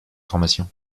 formation